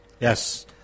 Yes